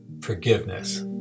forgiveness